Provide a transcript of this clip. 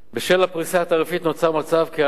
בשל הפריסה התעריפית נוצר מצב שבו העלויות